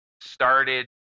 started